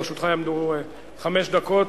לרשותך יעמדו חמש דקות.